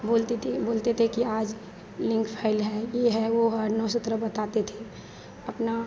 बोलती थी बोलते थे कि आज लिंक फे़ल है ये है वह है नौ सत्र बताते थे अपना